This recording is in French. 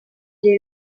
est